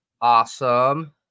awesome